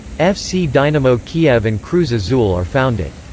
fc dynamo kyiv and cruz azul are founded.